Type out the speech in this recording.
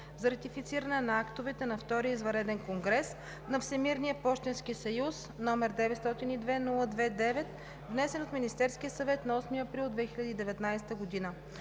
за ратифициране на актовете на Втория извънреден конгрес на Всемирния пощенски съюз, № 902-02-9, внесен от Министерския съвет на 8 април 2019 г.